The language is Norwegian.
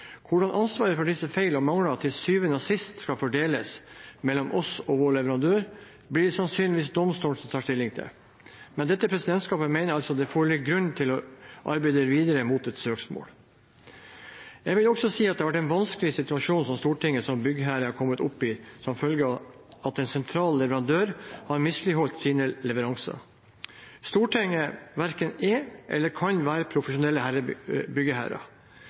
Hvordan ansvaret for disse feil og mangler til syvende og sist skal fordeles mellom oss og vår leverandør, blir det sannsynligvis domstolene som tar stilling til. Dette presidentskapet mener altså at det foreligger grunn til å arbeide videre mot et søksmål. Jeg vil også si noe om den svært vanskelige situasjonen Stortinget som byggherre har kommet opp i som følge av at en sentral leverandør har misligholdt sine leveranser. Stortinget verken er eller kan være